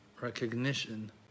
recognition